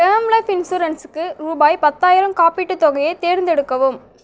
term life இன்சூரன்ஸுக்கு ரூபாய் பத்தாயிரம் காப்பீட்டுத் தொகையை தேர்ந்தெடுக்கவும்